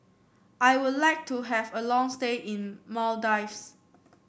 I would like to have a long stay in Maldives